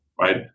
right